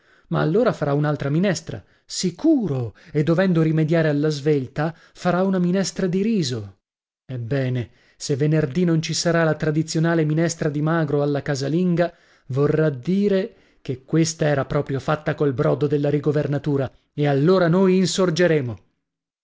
ma allora farà un'altra minestra sicuro e dovendo rimediare alla svelta farà una minestra di riso ebbene se venerdì non ci sarà la tradizionale minestra di magro alla casalinga vorrà dire che questa era proprio fatta col brodo della rigovernatura e allora noi insorgeremo che